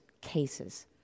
cases—